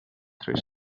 three